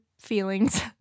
feelings